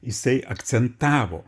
jisai akcentavo